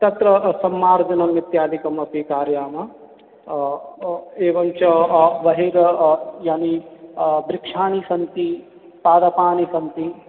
तत्र सम्मार्जनम् इत्यादिकमपि कारयामः एवञ्च बहिः यानि वृक्षाणि सन्ति पादपानि सन्ति